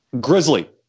Grizzly